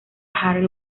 harry